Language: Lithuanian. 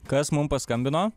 kas mum paskambino